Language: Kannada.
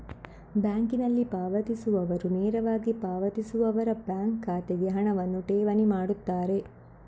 ಬ್ಯಾಂಕಿಂಗಿನಲ್ಲಿ ಪಾವತಿಸುವವರು ನೇರವಾಗಿ ಪಾವತಿಸುವವರ ಬ್ಯಾಂಕ್ ಖಾತೆಗೆ ಹಣವನ್ನು ಠೇವಣಿ ಮಾಡುತ್ತಾರೆ